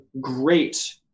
great